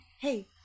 Hey